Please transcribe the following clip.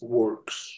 works